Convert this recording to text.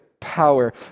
power